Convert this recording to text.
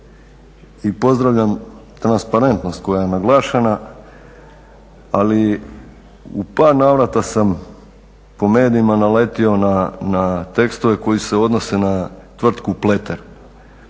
i pozdravljam transparentnost koja je naglašena ali u par navrata sam po medijima naletio na tekstove koji se odnose na tvrtku Pleter.